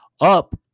up